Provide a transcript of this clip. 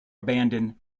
abandoned